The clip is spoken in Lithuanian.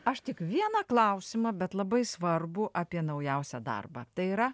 aš tik vieną klausimą bet labai svarbų apie naujausią darbą tai yra